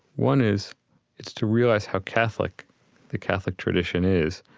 one is it's to realize how catholic the catholic tradition is.